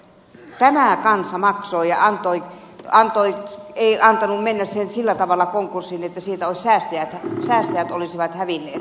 tämä kansa maksoi eikä antanut sen mennä sillä tavalla konkurssiin että säästäjät olisivat hävinneet